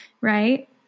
Right